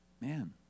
man